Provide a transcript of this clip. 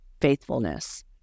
faithfulness